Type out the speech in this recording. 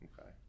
okay